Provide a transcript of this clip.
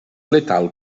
letal